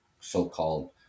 so-called